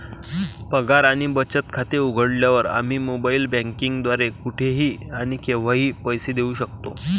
पगार आणि बचत खाते उघडल्यावर, आम्ही मोबाइल बँकिंग द्वारे कुठेही आणि केव्हाही पैसे देऊ शकतो